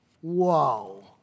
Whoa